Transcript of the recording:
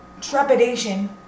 trepidation